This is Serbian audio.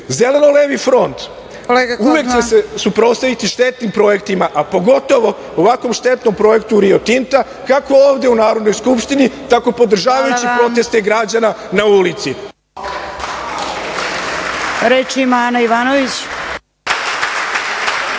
rude. Zeleno-levi front uvek će se suprotstaviti štetnim projektima, a pogotovo ovako štetnom projektu „Rio Tinta“, kako ovde u Narodnoj skupštini, tako i podržavajući proteste građana na ulici. **Snežana Paunović** Hvala. Reč ima Ana Ivanović.